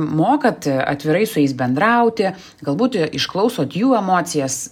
mokat atvirai su jais bendrauti galbūt ir išklausot jų emocijas